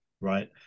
right